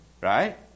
Right